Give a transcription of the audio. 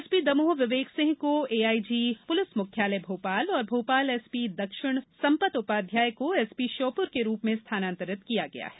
SP Damoh Vivek Singh को AIG police मुख्यालय भोपाल और भोपाल एसपी दक्षिण संपत उपाध्याय को एसपी श्योपुर के रूप में स्थानांतरित किया गया है